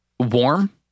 warm